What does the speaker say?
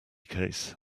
case